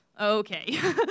Okay